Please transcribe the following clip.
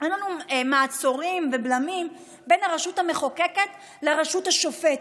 אין לנו מעצורים ובלמים בין הרשות המחוקקת לרשות השופטת,